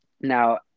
Now